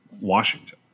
Washington